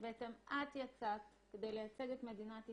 בעצם את יצאת כדי לייצג את מדינת ישראל,